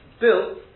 built